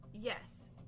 Yes